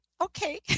Okay